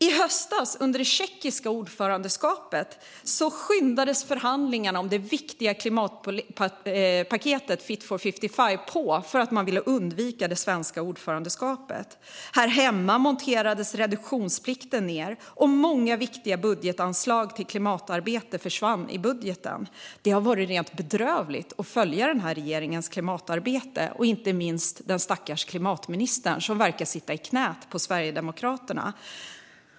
I höstas, under det tjeckiska ordförandeskapet, skyndades förhandlingarna om det viktiga klimatpaketet Fit for 55 på eftersom man ville undvika det svenska ordförandeskapet. Här hemma monterades reduktionsplikten ned, och många viktiga budgetanslag till klimatarbete försvann i budgeten. Det har varit rent bedrövligt att följa klimatarbetet från den här regeringen och inte minst den stackars klimatministern, som verkar sitta i knät på Sverigedemokraterna.